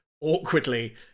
awkwardly